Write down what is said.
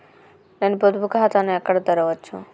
నేను పొదుపు ఖాతాను ఎక్కడ తెరవచ్చు?